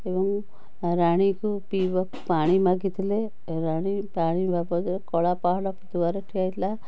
ଏବଂ ରାଣୀ ଙ୍କୁ ପିଇବାକୁ ପାଣି ମାଗିଥିଲେ ରାଣୀ ପାଣି ବାବଦରେ କଳାପାହାଡ଼ ଦୁଆରେ ଠିଆ ହେଇଥିଲା